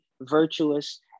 virtuous